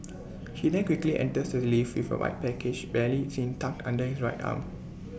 he then quickly enters the lift with A white package barely seen tucked under his right arm